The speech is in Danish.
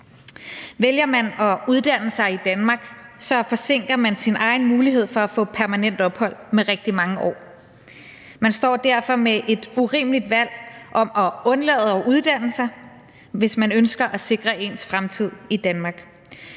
Vælger man at uddanne sig i Danmark, forsinker man sin egen mulighed for at få permanent ophold med rigtig mange år. Man står derfor med et urimeligt valg, og man må undlade at uddanne sig, hvis man ønsker at sikre sin fremtid i Danmark.